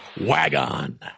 Wagon